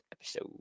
episode